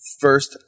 first